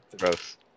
Gross